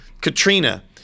Katrina